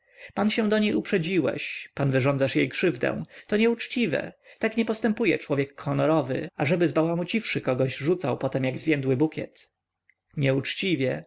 pan się do niej uprzedziłeś pan wyrządzasz jej krzywdę to nieuczciwie tak nie postępuje człowiek honorowy ażeby zbałamuciwszy kogoś rzucał potem jak zwiędły bukiet nieuczciwie